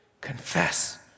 Confess